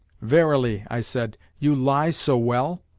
verily, i said, you lie so well?